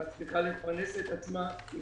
שמצליחה לפרנס את עצמה היא